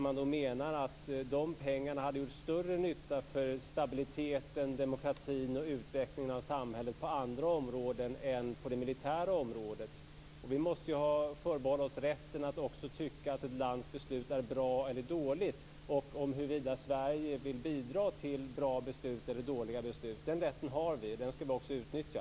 Man menar att de pengarna hade gjort större nytta för stabiliteten, demokratin och utvecklingen av samhället på andra områden än på det militära området. Vi måste förbehålla oss rätten att tycka att ett lands beslut är bra eller dåliga och om Sverige vill bidra till bra eller dåliga beslut. Den rätten har vi, och den skall vi utnyttja.